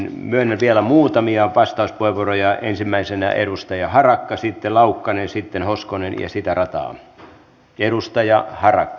myönnän vielä muutamia vastauspuheenvuoroja ensimmäisenä edustaja harakka sitten laukkanen sitten hoskonen ja sitä rataa